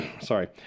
sorry